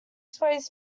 famous